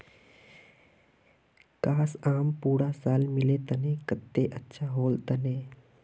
काश, आम पूरा साल मिल तने कत्ते अच्छा होल तने